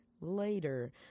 later